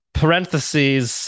parentheses